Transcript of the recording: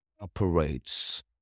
Operates